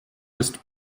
ist